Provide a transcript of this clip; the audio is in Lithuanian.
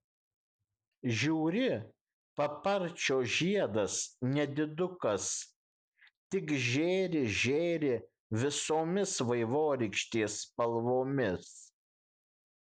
žiūri paparčio žiedas nedidukas tik žėri žėri visomis vaivorykštės spalvomis